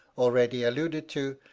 already alluded to,